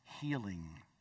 healing